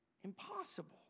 impossible